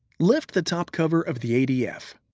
lift the top cover of the adf.